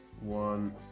one